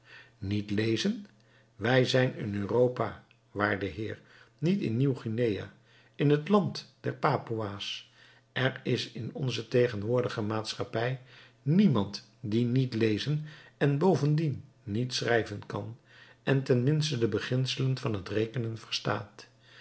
niet lezen wij zijn in europa waarde heer niet in nieuw-guinea in het land der papoes er is in onze tegenwoordige maatschappij niemand die niet lezen en bovendien niet schrijven kan en ten minste de beginselen van het rekenen verstaat